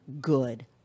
good